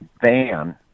van